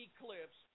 eclipse